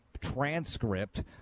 transcript